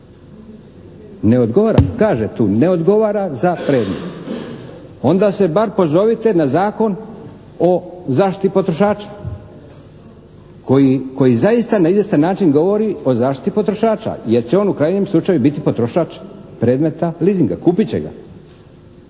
za predmet. Kaže tu, ne odgovara za predmet. Onda se bar pozovite na Zakon o zaštiti potrošača koji zaista na izvjestan način govori o zaštiti potrošača jer će on u krajnjem slučaju biti potrošač predmeta leasinga, kupit će ga.